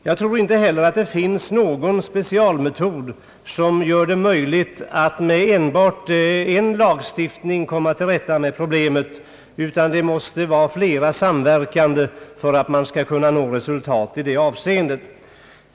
Jag tror inte heller att det finns någon metod som gör det möjligt att med enbart en enda lag komma till rätta med problemet, utan det måste vara flera samverkande faktorer för att man skall kunna nå resultat i det avseendet.